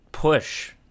push